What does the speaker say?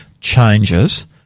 changes